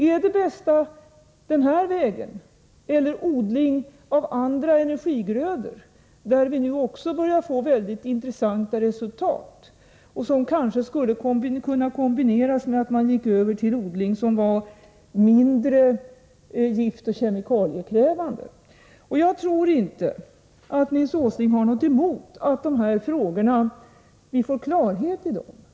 Är detta den bästa vägen eller är det odling av andra energigrödor, där vi nu också börjar få in väldigt intressanta resultat, vilka kanske skulle kunna kombineras med att man gick över till odling som var mindre giftoch kemikaliekrävande? Jag tror inte att Nils Åsling har något emot att vi får klarhet i dessa frågor.